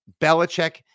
Belichick